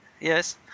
yes